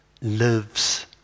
lives